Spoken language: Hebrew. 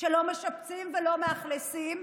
כשלא משפצים ולא מאכלסים,